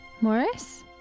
Morris